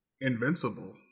Invincible